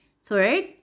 Third